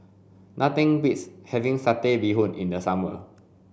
nothing beats having satay bee hoon in the summer